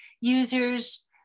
users